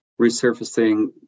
resurfacing